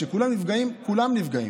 כשכולם נפגעים, כולם נפגעים.